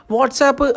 WhatsApp